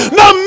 no